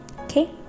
okay